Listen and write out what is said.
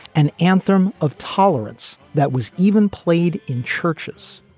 an anthem of tolerance that was even played in churches.